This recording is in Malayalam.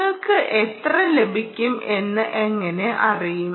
നിങ്ങൾക്ക് എത്ര ലഭിക്കും എന്ന് എങ്ങനെ അറിയും